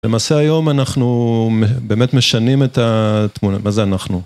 למעשה היום אנחנו באמת משנים את התמונה, מה זה אנחנו?